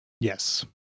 Yes